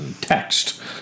Text